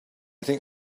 think